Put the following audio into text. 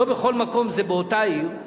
לא בכל מקום זה באותה עיר,